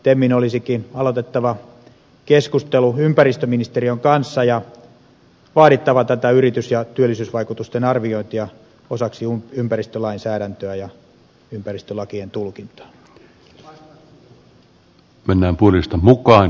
temmin olisikin aloitettava keskustelu ympäristöministeriön kanssa ja vaadittava tätä yritys ja työllisyysvaikutusten arviointia osaksi ympäristölainsäädäntöä ja ympäristölakien tulkintaa